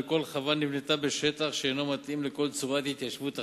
וכל חווה נבנתה בשטח שאינו מתאים לכל צורת התיישבות אחרת.